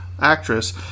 Actress